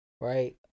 Right